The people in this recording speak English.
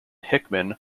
hickman